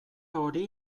hori